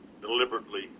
deliberately